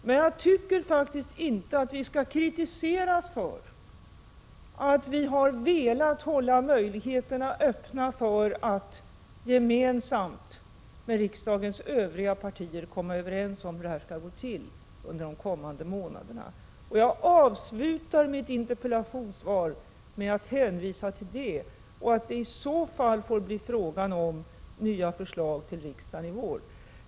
Men jag tycker faktiskt inte att vi skall kritiseras för att vi har velat hålla möjligheterna öppna för att gemensamt med riksdagens övriga partier komma överens om hur insatserna skall gå till under de kommande månaderna. Jag avslutade mitt interpellationssvar med att hänvisa till detta och till att det i så fall kan bli fråga om nya förslag till riksdagen i vår.